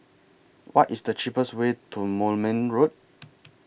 What IS The cheapest Way to Moulmein Road